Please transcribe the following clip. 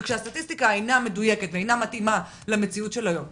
וכשהסטטיסטיקה אינה מדויקת ואינה מתאימה למציאות של היום,